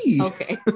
Okay